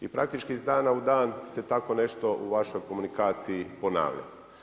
I praktički iz dana u dan se tako nešto u vašoj komunikaciji ponavlja.